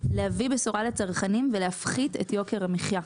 להביא בשורה לצרכנים ולהפחית את יוקר המחייה,